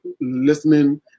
listening